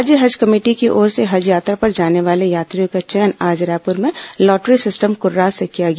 राज्य हज कमेटी की ओर से हज यात्रा पर जाने वाले यात्रियों का चयन आज रायपुर में लॉटरी सिस्टम कुर्राह से किया गया